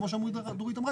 כמו שדורית אמרה,